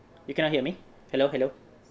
you cannot hear me hello hello